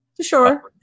Sure